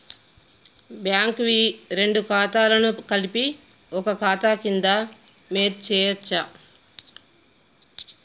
Bank వి రెండు ఖాతాలను కలిపి ఒక ఖాతా కింద మెర్జ్ చేయచ్చా?